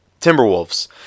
Timberwolves